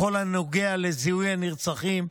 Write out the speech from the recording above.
בכל הנוגע לזיהוי הנרצחים,